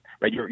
right